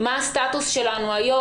מה הסטטוס שלנו היום?